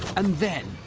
and then,